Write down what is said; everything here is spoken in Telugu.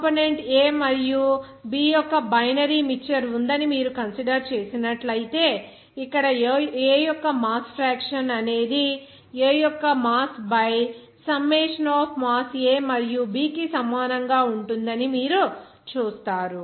కంపోనెంట్ A మరియు B యొక్క బైనరీ మిక్చర్ ఉందని మీరు కన్సిడర్ చేసినట్లైతే ఇక్కడ A యొక్క మాస్ ఫ్రాక్షన్ అనేది A యొక్క mass by summation of mass A మరియు B కి సమానంగా ఉంటుందని మీరు చూస్తారు